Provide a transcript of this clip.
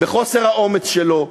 בחוסר האומץ שלו,